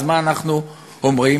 אז מה אנחנו אומרים?